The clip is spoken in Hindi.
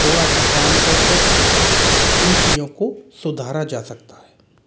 थोड़ा सा काम कर कर इन चीज़ों को सुधारा जा सकता है